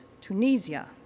Tunisia